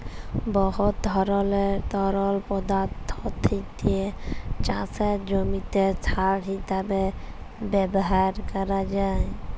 বহুত ধরলের তরল পদাথ্থকে চাষের জমিতে সার হিঁসাবে ব্যাভার ক্যরা যায়